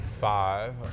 Five